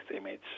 image